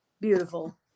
beautiful